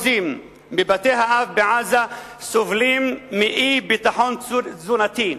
מבתי-האב בעזה סובלים מאי-ביטחון תזונתי.